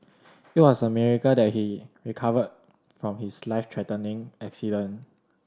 it was a miracle that he recovered from his life threatening accident